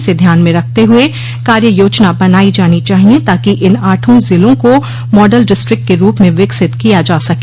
इसे ध्यान में रखते हुए कार्ययोजना बनाई जानी चाहिए ताकि इन आठों ज़िलों को मॉडल डिस्ट्रिक्ट के रूप में विकसित किया जा सके